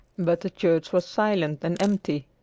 but the church was silent and empty.